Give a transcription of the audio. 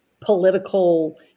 political